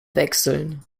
wechseln